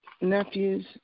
nephews